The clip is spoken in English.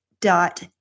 dot